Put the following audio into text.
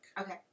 Okay